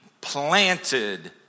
planted